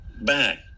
back